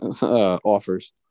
offers